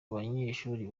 banyeshuri